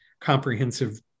comprehensive